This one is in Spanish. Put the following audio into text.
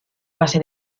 base